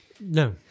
No